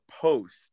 post